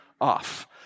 off